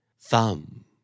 Thumb